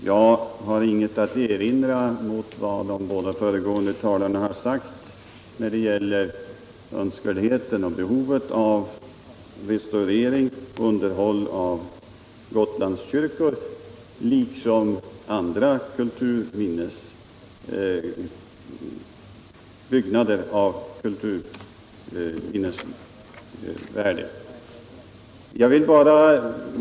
Herr talman! Jag har inget att erinra mot vad de båda föregående talarna har sagt när det gäller önskvärdheten och behovet av restaurering och underhåll av Gotlandskyrkor, liksom när det gäller andra byggnader med kulturminnesvärde.